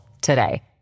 today